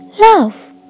Love